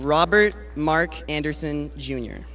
robert mark anderson junior